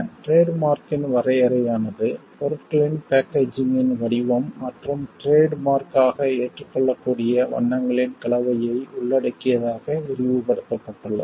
trade மார்க்யின் வரையறையானது பொருட்களின் பேக்கேஜிங்கின் வடிவம் மற்றும் டிரேட் மார்க் ஆக ஏற்றுக்கொள்ளக்கூடிய வண்ணங்களின் கலவையை உள்ளடக்கியதாக விரிவுபடுத்தப்பட்டுள்ளது